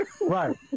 Right